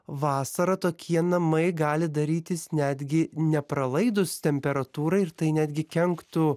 vasarą tokie namai gali darytis netgi nepralaidūs temperatūrai ir tai netgi kenktų